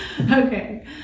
Okay